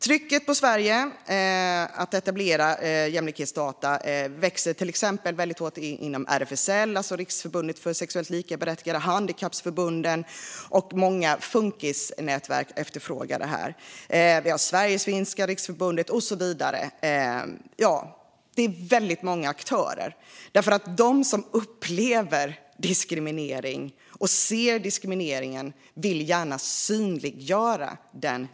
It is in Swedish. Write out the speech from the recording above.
Trycket på Sverige att etablera jämlikhetsdata växer starkt inom till exempel RFSL, Riksförbundet för homosexuellas, bisexuellas, transpersoners, queeras och intersexpersoners rättigheter. Handikappförbunden och många funkisnätverk efterfrågar det här, liksom Sverigefinska Riksförbundet och andra. Det handlar om väldigt många aktörer. De som upplever och ser diskriminering vill gärna synliggöra den.